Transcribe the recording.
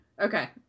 okay